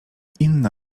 inna